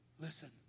listen